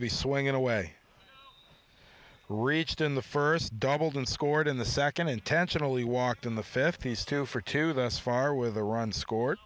be swinging away who reached in the first doubled and scored in the second intentionally walked in the fifties two for two thus far with the runs scored